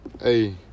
Hey